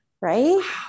Right